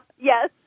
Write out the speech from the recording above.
Yes